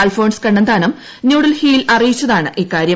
അൽഫോൻസ് കണ്ണന്താനം ന്യൂ ഡൽഹിയിൽ അറിയിച്ചതാണ് ഇക്കാര്യം